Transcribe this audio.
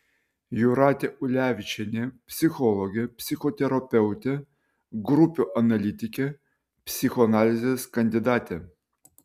jūratė ulevičienė psichologė psichoterapeutė grupių analitikė psichoanalizės kandidatė